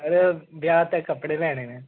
hello ब्याह् ताहीं कपड़े लैने न